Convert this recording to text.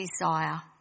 desire